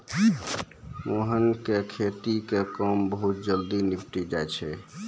मोहन के खेती के काम बहुत जल्दी निपटी जाय छै